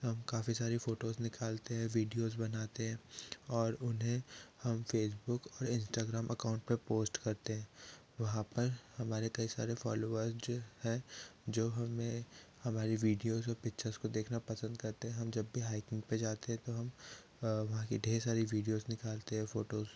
हम काफी सारी फोटोज निकालते हैं विडीयोज बनाते हैं और उन्हें हम फेसबुक और इंस्टाग्राम अकाउंट पर पोस्ट करते हैं वहाँ पर हमारे कई सारे फौलोअर्स जो हैं जो हमें हमारी विडीयोज और पिक्चर्स को देखना पसंद करते हैं हम जब भी हैकिंग पर जाते हैं तो हम वहाँ कि ढेर सारी विडीयोज निकालते हैं औ फोटोज